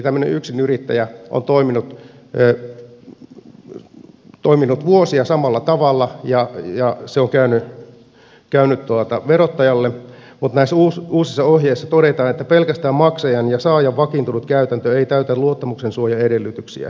tämmöinen yksinyrittäjä on toiminut vuosia samalla tavalla ja se on käynyt verottajalle mutta näissä uusissa ohjeissa todetaan että pelkästään maksajan ja saajan vakiintunut käytäntö ei täytä luottamuksensuojaedellytyksiä